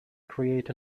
create